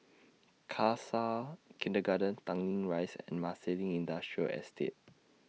Khalsa Kindergarten Tanglin Rise and Marsiling Industrial Estate